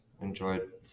enjoyed